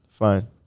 Fine